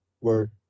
word